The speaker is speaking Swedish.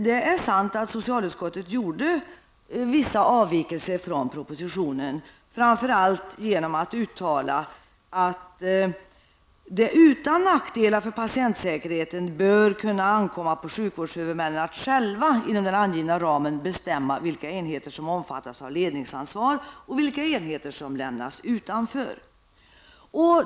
Det är sant att socialutskottet gjorde vissa avvikelser från propositionen, framför allt genom att uttala att det utan nackdelar för patientsäkerheten borde kunna ankomma på sjukvårdshuvudmännen att själva inom den angivna ramen bestämma vilka enheter som skulle omfattas av ledningsansvaret och vilka enheter som skulle lämnas utanför.